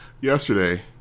yesterday